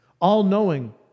all-knowing